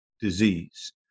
disease